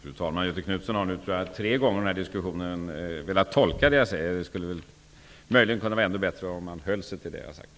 Fru talman! Göthe Knutson har, tror jag, tre gånger i denna diskussion velat tolka det jag säger. Det vore möjligen ännu bättre om han höll sig till det jag har sagt.